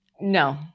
No